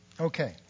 Okay